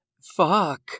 Fuck